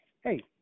hey